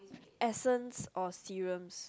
essence or serum